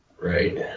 Right